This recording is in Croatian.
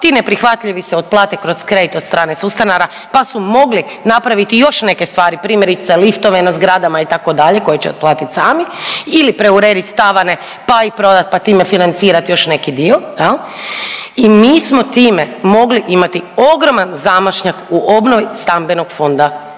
ti neprihvatljivi se otplate kroz kredit od strane sustanara, pa su mogli napraviti još neke stvari, primjerice liftove na zgradama itd. koje će otplatit sami ili preuredit tavane, pa ih prodat, pa time financirat još neki dio jel i mi smo time mogli imati ogroman zamašnjak u obnovi stambenog fonda,